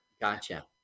Gotcha